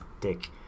dick